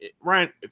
Ryan